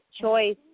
choice